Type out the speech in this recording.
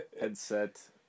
Headset